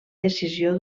decisió